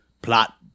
Plot